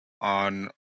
on